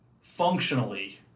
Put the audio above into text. functionally